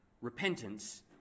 Repentance